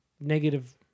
negative